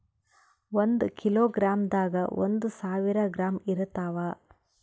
ಒಂದ್ ಕಿಲೋಗ್ರಾಂದಾಗ ಒಂದು ಸಾವಿರ ಗ್ರಾಂ ಇರತಾವ